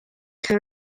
can